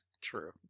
True